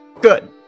Good